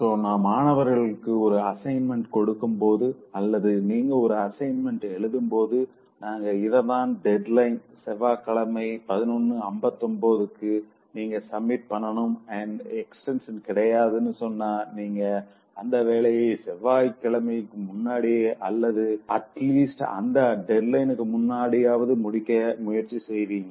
so நான் மாணவர்களுக்கு ஒரு அசைன்மென்ட் கொடுக்கும்போது அல்லது நீங்க ஒரு அசைன்மென்ட் எழுதும்போது நாங்க இதுதான் டெட்லைன் செவ்வாய்க்கிழமை 1159க்கு நீங்க சப்மிட் பண்ணனும் அண்ட் எக்ஸ்டென்ஷன் கிடையாதுனு சொன்னா நீங்க அந்த வேலையா செவ்வாய் கிழமைக்கு முன்னாடியே அல்லது அட்லீஸ்ட் அந்த டெட்லைன்க்கு முன்னாடியாவது முடிக்க முயற்சி செய்வீங்க